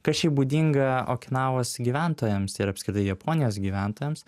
kas šiaip būdinga okinavos gyventojams ir apskritai japonijos gyventojams